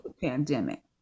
pandemic